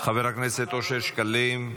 חבר הכנסת אושר שקלים,